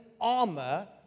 armor